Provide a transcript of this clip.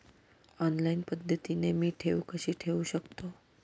Online पद्धतीने मी ठेव कशी ठेवू शकतो?